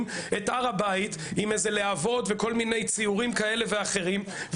את הר הבית עם להבות וכל מיני ציורים כאלה ואחרים,